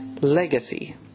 legacy